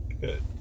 Good